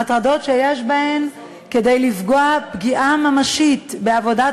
הטרדות שיש בהן כדי לפגוע פגיעה ממשית בעבודת